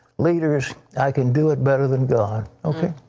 leaders, i can do it better than god. okay.